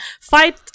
fight